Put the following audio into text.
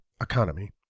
economy